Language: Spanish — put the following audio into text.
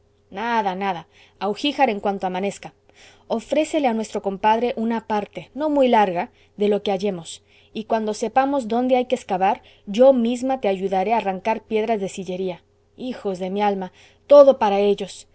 nada nada a ugíjar en cuanto amanezca ofrécele a nuestro compadre una parte no muy larga de lo que hallemos y cuando sepamos dónde hay que excavar yo misma te ayudaré a arrancar piedras de sillería hijos de mi alma todo para ellos